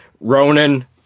ronan